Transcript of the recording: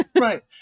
Right